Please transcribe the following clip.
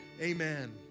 Amen